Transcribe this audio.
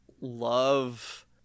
love